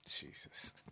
Jesus